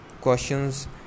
questions